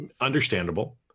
understandable